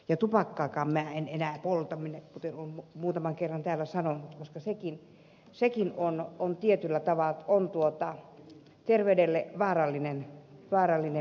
tupakkaakaan minä en enää polta kuten olen muutaman kerran täällä sanonut koska sekin on terveydelle vaarallinen päihde